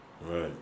Right